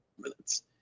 minutes